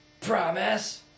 promise